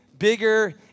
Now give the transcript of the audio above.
Bigger